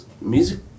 music